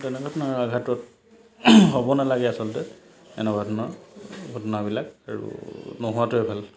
তেনেকুৱা ধৰণৰ আঘাটত হ'ব নালাগে আচলতে এনেকুৱা ধৰণৰ ঘটনাবিলাক আৰু নোহোৱাটোৱে ভাল